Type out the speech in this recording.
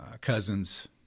cousins